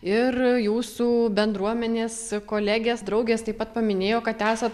ir jūsų bendruomenės kolegės draugės taip pat paminėjo kad esat